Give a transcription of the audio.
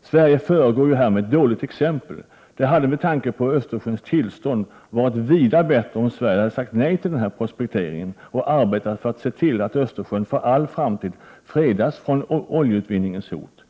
Sverige föregår ju här med ett dåligt exempel. Det hade med tanke på Östersjöns tillstånd varit vida bättre om vi här i Sverige hade sagt nej till den prospekteringen och arbetat för att se till att Östersjön för all framtid fredas från oljeutvinningens hot.